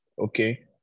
okay